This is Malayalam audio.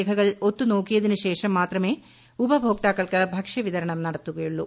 രേഖകൾ ഒത്തുനോക്കിയതിന് ശേഷം മാത്രമേ ഉപഭോക്താക്കൾക്ക് ഭക്ഷ്യവിതരണം നടത്തുന്നുള്ളൂ